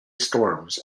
storms